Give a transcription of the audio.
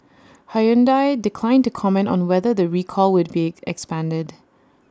Hyundai declined to comment on whether the recall would be expanded